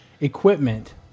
equipment